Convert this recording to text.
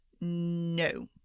No